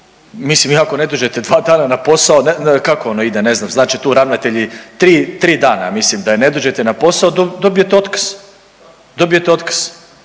Mislim, vi ako ne dođete 2 dana na posao, kako ono ide, ne znam, znači tu ravnatelji, 3 dana, mislim da ne dođete na posao, dobijete otkaz, dobijete otkaz